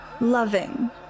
loving